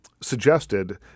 suggested